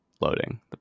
loading